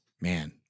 man